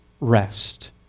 rest